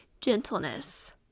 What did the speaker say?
gentleness